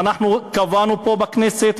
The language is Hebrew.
ואנחנו קבענו פה בכנסת,